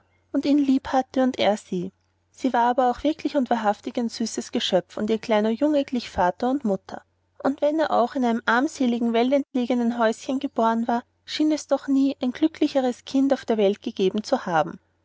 und ihn lieb hatte und er sie sie war aber auch wirklich und wahrhaftig ein süßes geschöpf und ihr kleiner junge glich mutter und vater und wenn er auch in einem armseligen weltentlegenen häuschen geboren war schien es doch nie ein glücklicheres kind auf der welt gegeben zu haben